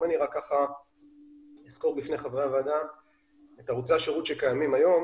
אני אסקור בפני הוועדה את ערוצי השירות שקיימים היום.